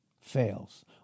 fails